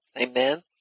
Amen